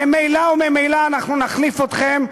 ממילא וממילא אנחנו נחליף אתכם,